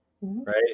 right